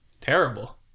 terrible